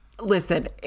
listen